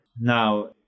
Now